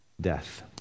death